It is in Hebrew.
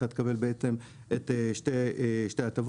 אתה תקבל בהתאם את שתי ההטבות.